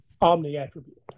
omni-attribute